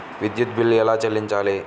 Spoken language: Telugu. విద్యుత్ బిల్ ఎలా చెల్లించాలి?